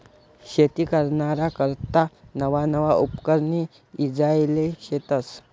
शेती कराना करता नवा नवा उपकरणे ईजायेल शेतस